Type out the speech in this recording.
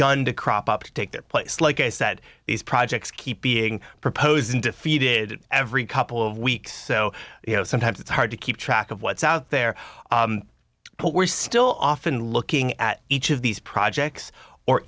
begun to crop up to take that place like i said these projects keep being proposed and defeated every couple of weeks so you know sometimes it's hard to keep track of what's out there but we're still often looking at each of these projects or